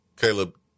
Caleb